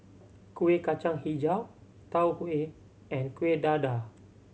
Kuih Kacang Hijau Tau Huay and Kuih Dadar